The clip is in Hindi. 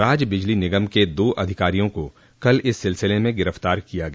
राज्य बिजली निगम के दो अधिकारियों को कल इस सिलसिले में गिरफ्तार किया गया